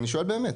אני שואל באמת.